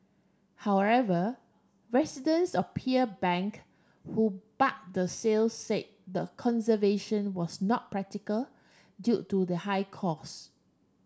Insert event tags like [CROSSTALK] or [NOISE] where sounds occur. however residents of Pearl Bank who [UNINTELLIGIBLE] the sale say the conservation was not practical due to the high cost